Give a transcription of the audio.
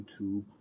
YouTube